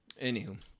Anywho